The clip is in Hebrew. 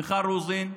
מיכל רוזין,